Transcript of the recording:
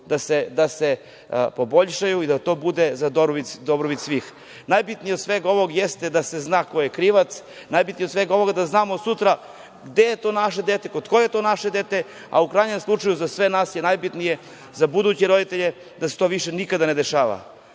da se poboljšaju i da to bude za dobrobit svih. Najbitnije od svega ovog jeste da se zna ko je krivac, najbitnije od svega ovoga da znamo sutra gde je to naše dete, kod koga je to naše dete, a u krajnjem slučaju za sve nas je najbitnije, za buduće roditelje da se to više nikada ne dešava.